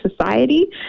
society